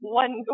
one